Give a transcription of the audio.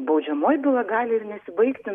baudžiamoji byla gali ir nesibaigti